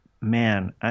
man